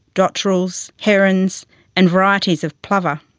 dotterels, herons and varieties of plover.